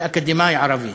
אל אקדמאי ערבי.